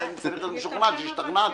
רציתי להיות משוכנע שהשתכנעת.